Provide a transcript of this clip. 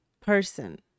person